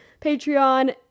patreon